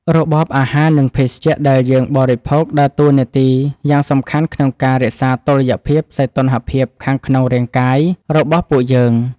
របបអាហារនិងភេសជ្ជៈដែលយើងបរិភោគដើរតួនាទីយ៉ាងសំខាន់ក្នុងការរក្សាតុល្យភាពសីតុណ្ហភាពខាងក្នុងរាងកាយរបស់ពួកយើង។